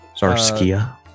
Zarskia